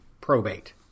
probate